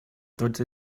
tots